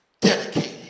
dedicated